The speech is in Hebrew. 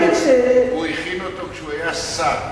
הוא הכין אותו כשהוא היה שר,